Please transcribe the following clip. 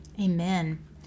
Amen